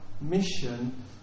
mission